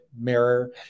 mirror